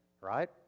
right